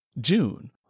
June